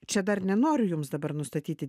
čia dar nenoriu jums dabar nustatyti